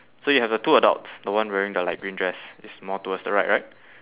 so you have the two adults the one wearing the light green dress is more towards the right right